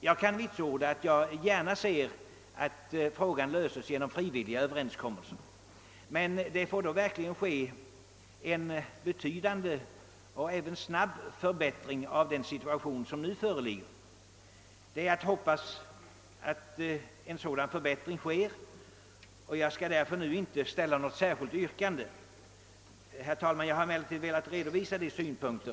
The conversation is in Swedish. Jag kan vitsorda att jag gärna ser att frågan löses genom frivilliga överenskommelser, men det måste verkligen ske en betydande och även snabb förbättring av den situation som nu föreligger. Det är att hoppas att en sådan förbättring sker, och jag skall därför inte nu ställa något yrkande. Jag har emellertid, herr talman, velat redovisa dessa synpunkter.